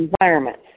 environments